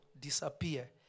disappear